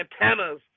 antennas